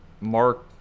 Mark